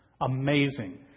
Amazing